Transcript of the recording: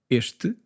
este